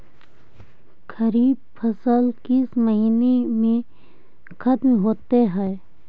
खरिफ फसल किस महीने में ख़त्म होते हैं?